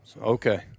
Okay